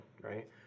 right